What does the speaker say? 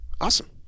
awesome